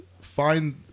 find